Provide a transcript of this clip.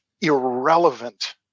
irrelevant